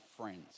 friends